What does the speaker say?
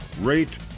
rate